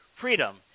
freedom